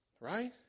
Right